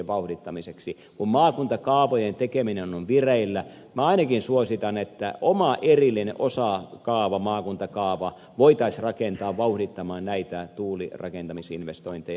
kun maakuntakaavojen tekeminen on vireillä minä ainakin suositan että oma erillinen osakaava maakuntakaava voitaisiin rakentaa vauhdittamaan näitä tuulirakentamisinvestointeja